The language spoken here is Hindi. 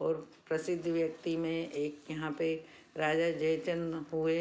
और प्रसिद्ध व्यक्ति में एक यहाँ पे राजा जयचंद हुए